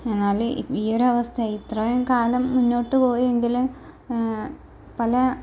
ആള് ഈ ഒരവസ്ഥ ഇത്രയും കാലം മുന്നോട്ട് പോയെങ്കില് പല